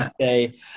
say